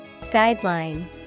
Guideline